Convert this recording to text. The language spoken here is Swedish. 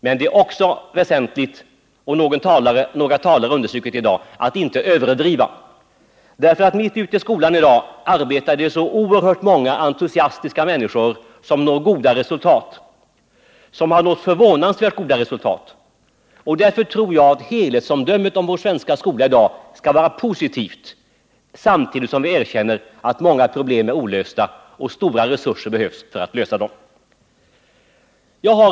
Men det är också väsentligt — några talare har understrukit det i dag - att inte överdriva. I dagens skola arbetar det nämligen så oerhört många entusiastiska människor som har nått förvånansvärt goda resultat. Därför anser jag att helhetsomdömet om dagens svenska skola bör vara positivt, samtidigt som vi skall erkänna att många problem är olösta och att det behövs stora resurser för att lösa dem.